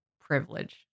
privilege